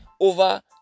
over